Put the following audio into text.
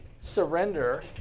surrender